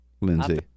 Lindsey